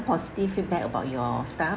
positive feedback about your staff